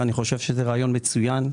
אני חושב שזה רעיון מצוין.